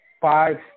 five